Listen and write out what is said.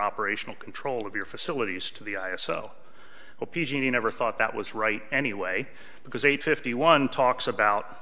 operational control of your facilities to the i s o o p g i never thought that was right anyway because eight fifty one talks about